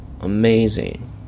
amazing